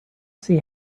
see